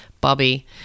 Bobby